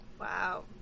wow